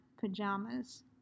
Pajamas